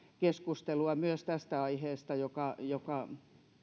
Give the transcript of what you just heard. keskustelua myös tästä aiheesta joka joka